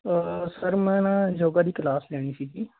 sir ਮੈਂ ਨਾ yoga ਦੀ ਕਲਾਸ ਲੈਣੀ ਸੀਗੀ